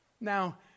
Now